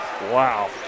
Wow